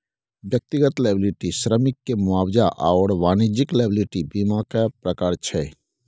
व्यक्तिगत लॉयबिलटी श्रमिककेँ मुआवजा आओर वाणिज्यिक लॉयबिलटी बीमाक प्रकार छै